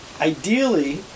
Ideally